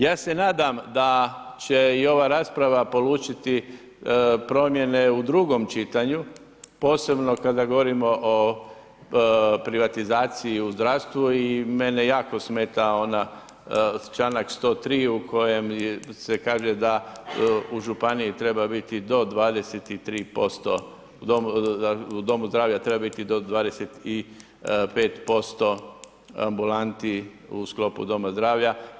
Ja se nadam da će i ova rasprava polučiti promjene u drugom čitanju, posebno kada govorimo o privatizaciji u zdravstvu i mene jako smeta onaj članak 103. u kojem se kaže da u županiji treba biti do 23% u domu zdravlja treba biti do 25% ambulanti u sklopu doma zdravlja.